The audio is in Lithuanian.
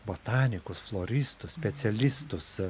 botanikus floristus specialistus